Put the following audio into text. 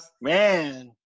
Man